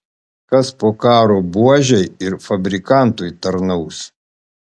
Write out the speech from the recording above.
kas po karo buožei ir fabrikantui tarnaus